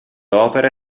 opere